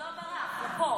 הוא לא ברח, הוא פה.